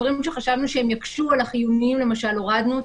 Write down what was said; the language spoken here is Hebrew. דברים שחשבנו שיקשו על החיוניים למשל הורדנו אותם,